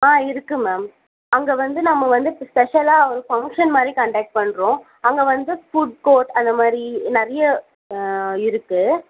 ஆ இருக்குது மேம் அங்கே வந்து நம்ம வந்து இப்போ ஸ்பெஷலாக ஒரு ஃபங்சன் மாதிரி கன்டெக்ட் பண்ணுறோம் அங்கே வந்து ஃபுட் கோர்ட் அந்த மாதிரி நிறையா ஆ இருக்குது